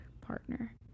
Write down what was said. partner